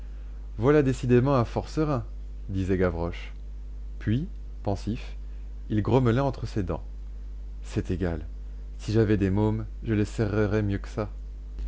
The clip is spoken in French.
voilà décidément un fort serin disait gavroche puis pensif il grommelait entre ses dents c'est égal si j'avais des mômes je les serrerais mieux que ça